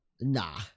Nah